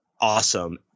awesome